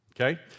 Okay